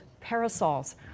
parasols